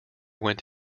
went